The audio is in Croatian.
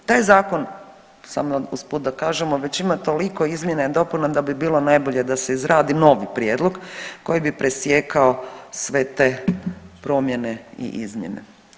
Taj zakon samo usput da kažemo već ima toliko izmjena i dopuna da bi bilo najbolje da se izradi novi prijedlog koji bi presjekao sve te promjene i izmjene.